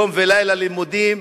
יום ולילה לימודים,